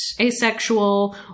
asexual